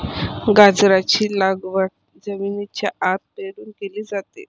गाजराची लागवड जमिनीच्या आत पेरून केली जाते